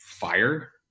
fire